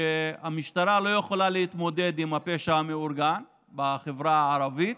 שהמשטרה לא יכולה להתמודד עם הפשע המאורגן בחברה הערבית